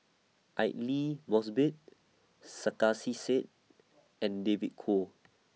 Aidli Mosbit Sarkasi Said and David Kwo